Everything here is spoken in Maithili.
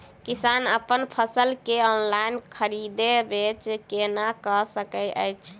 किसान अप्पन फसल केँ ऑनलाइन खरीदै बेच केना कऽ सकैत अछि?